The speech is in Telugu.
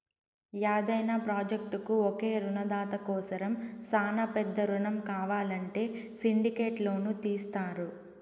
యాదైన ప్రాజెక్టుకు ఒకే రునదాత కోసరం శానా పెద్ద రునం కావాలంటే సిండికేట్ లోను తీస్తారు